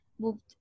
moved